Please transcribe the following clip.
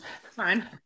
fine